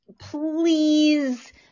Please